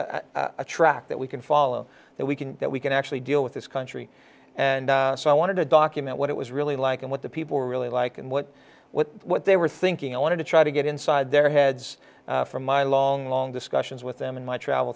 is a track that we can follow that we can that we can actually deal with this country and so i wanted to document what it was really like and what the people really like and what what what they were thinking i wanted to try to get inside their heads from my long long discussions with them in my travel